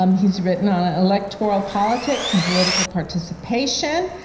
um he's written on ah electoral politics and political participation.